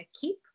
keep